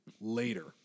later